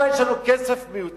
מה, יש לנו כסף מיותר?